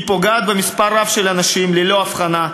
היא פוגעת במספר רב של אנשים ללא הבחנה,